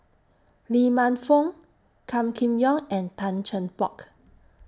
Lee Man Fong Gan Kim Yong and Tan Cheng Bock